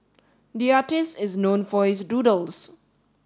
the artist is known for his doodles